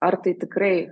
ar tai tikrai